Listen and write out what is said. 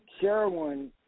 Sherwin